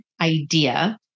idea